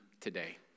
today